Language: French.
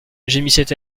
gémissait